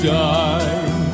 die